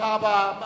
תודה רבה.